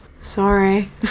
Sorry